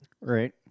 Right